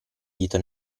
dito